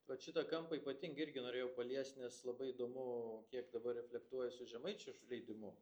vat šitą kampą ypatingai irgi norėjau paliest nes labai įdomu kiek dabar reflektuoja su žemaičių išleidimu